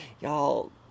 Y'all